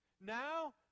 Now